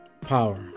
power